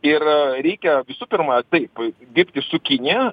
ir reikia visų pirma taip dirbti su kinija